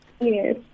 Yes